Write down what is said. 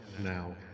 now